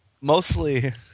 Mostly